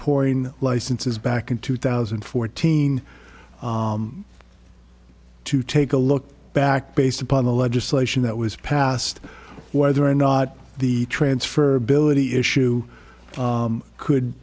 pouring licenses back in two thousand and fourteen to take a look back based upon the legislation that was passed whether or not the transfer billet he issue could